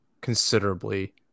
considerably